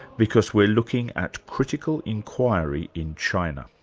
because we're looking at critical inquiry in china.